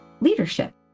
leadership